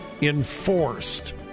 enforced